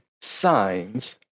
signs